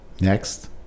Next